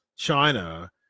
china